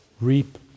reap